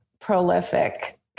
prolific